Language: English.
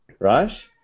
Right